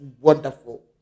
wonderful